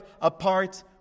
apart